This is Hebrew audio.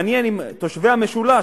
מעניין אם תושבי המשולש,